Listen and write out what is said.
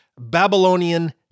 Babylonian